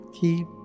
Keep